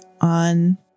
on